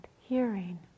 hearing